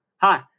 Hi